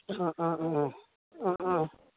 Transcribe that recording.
অঁ অঁ অঁ অঁ অঁ অঁ